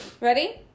ready